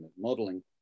modeling